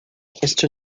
este